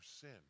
sin